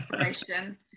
inspiration